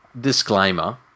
disclaimer